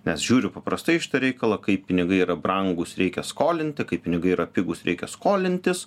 nes žiūriu paprastai į šitą reikalą kai pinigai yra brangūs reikia skolinti kai pinigai yra pigūs reikia skolintis